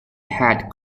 had